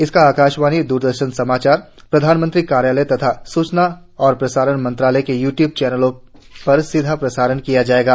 इसका आकाशवाणी द्रदर्शन समाचार प्रधानमंत्री कार्यालय तथा सूचना और प्रसारण मंत्रालय के यू ट्यूब चैनलों पर भी सीधा प्रसारण किया जाएगा